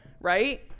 right